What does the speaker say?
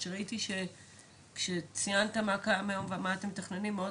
כשראיתי שציינת את כל מה שקיים היום ומה אתם מתכננים לעתיד,